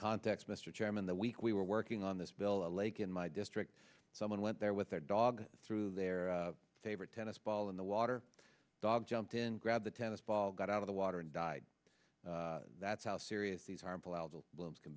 context mr chairman the week we were working on this bill a lake in my district someone went there with their dog through their favorite tennis ball in the water dog jumped in grabbed a tennis ball got out of the water and died that's how serious these harmful algal blooms can